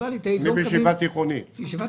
אני למדתי בישיבה תיכונית.